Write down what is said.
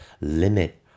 limit